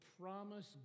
promise